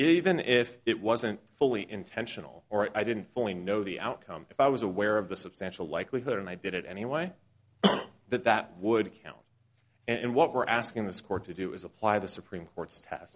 even if it wasn't fully intentional or i didn't fully know the outcome if i was aware of the substantial likelihood and i did it anyway that that would count and what we're asking this court to do is apply the supreme court's t